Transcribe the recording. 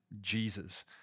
Jesus